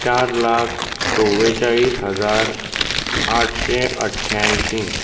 चार लाख चोव्वेचाळीस हजार आठशे अठ्यायशीं